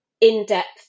in-depth